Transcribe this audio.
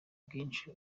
ubwinshi